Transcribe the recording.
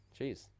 Jeez